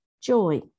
Joy